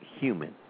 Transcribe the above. human